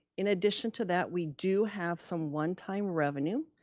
in addition to that we do have some one time revenue,